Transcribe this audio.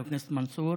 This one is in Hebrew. חבר הכנסת מנסור,